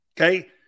Okay